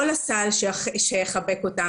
זה באמת להסתכל עליהם, על כל הצרכים שלהם.